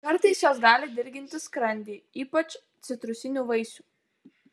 kartais jos gali dirginti skrandį ypač citrusinių vaisių